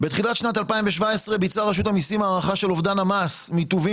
בתחילת שנת 2017 ביצעה רשות המיסים הערכה של אובדן המס מטובין